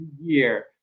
year